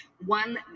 one